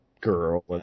girl